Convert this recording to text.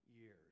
years